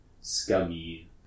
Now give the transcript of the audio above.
scummy